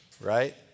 right